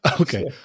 Okay